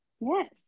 Yes